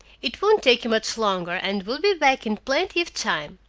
it won't take you much longer, and we'll be back in plenty of time.